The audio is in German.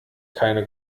keine